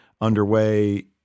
underway